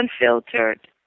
unfiltered